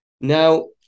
Now